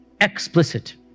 Explicit